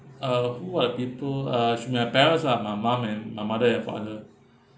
uh who are the people uh should be my parents lah my mom and my mother and father